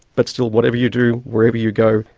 but still whatever you do, wherever you go,